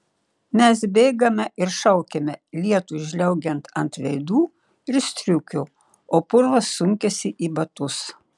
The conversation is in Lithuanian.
mes bėgame ir šaukiame lietui žliaugiant ant veidų ir striukių o purvas sunkiasi į batus